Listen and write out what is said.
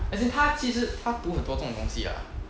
as it 他其实他读很多这种东西的啦